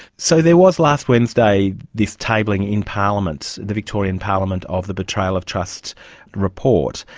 so there was last wednesday this tabling in parliament, the victorian parliament, of the betrayal of trust report.